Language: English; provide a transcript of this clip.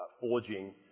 forging